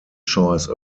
choice